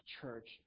church